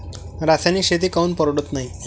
रासायनिक शेती काऊन परवडत नाई?